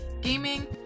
gaming